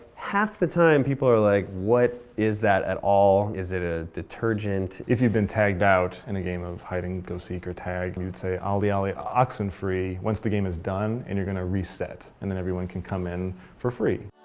half the time people are like what is that at all? is it a detergent? if you've been tagged out in a game of hide and go seek or tag you'd say olly, olly, oxenfree once the game is done and you're going to reset and then everyone can come in for free.